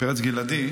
פרץ גלעדי,